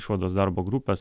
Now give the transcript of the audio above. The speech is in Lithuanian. išvados darbo grupės